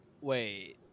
Wait